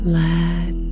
let